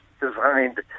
designed